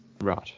Right